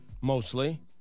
mostly